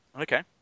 Okay